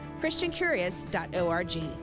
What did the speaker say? christiancurious.org